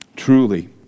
Truly